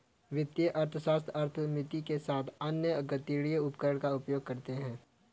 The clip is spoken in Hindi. वित्तीय अर्थशास्त्र अर्थमिति के साथ साथ अन्य गणितीय उपकरणों का उपयोग करता है